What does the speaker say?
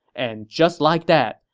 and just like that,